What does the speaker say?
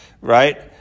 Right